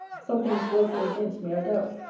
something is working against me, i doubt.